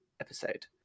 episode